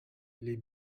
les